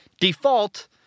default